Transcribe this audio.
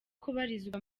kubarizwa